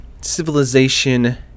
civilization